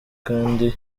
kandi